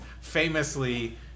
famously